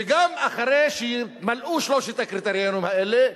וגם אחרי שיימלאו שלושת הקריטריונים האלה,